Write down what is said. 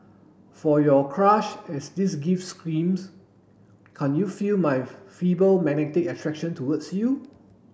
for your crush as this gift screams can't you feel my feeble magnetic attraction towards you